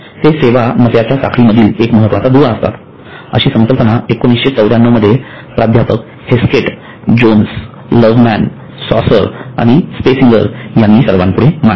ते सेवा नफ्याच्या साखळीमधील एक महत्वाचा दुवा असतात अशी संकल्पना 1994 मध्ये प्राध्यापक हेस्केट जोन्स लव्हमॅन सॅसर आणि स्लेसिंगर यांनी सर्वांपुढे मांडली